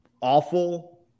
awful